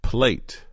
Plate